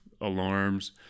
alarms